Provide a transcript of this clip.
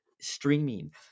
streaming